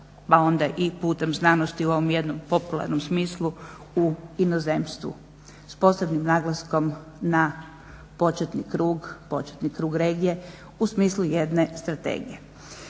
pa onda i putem znanosti u ovom jednom popularnom smislu u inozemstvo s posebnim naglaskom na početni krug, početni krug regije u smislu jedne strategije.